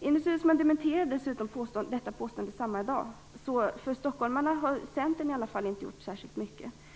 Ines Uusmann dementerade dessutom detta påstående samma dag. Centern har alltså i alla fall inte gjort särskilt mycket för stockholmarna.